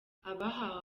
abahawe